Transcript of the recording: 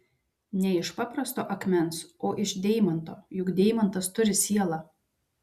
ne iš paprasto akmens o iš deimanto juk deimantas turi sielą